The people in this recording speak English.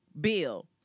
bill